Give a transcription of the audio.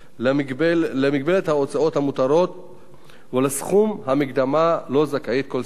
למגבלת ההוצאות המותרות ולסכום המקדמה שכל סיעה